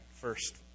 first